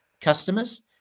customers